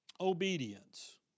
obedience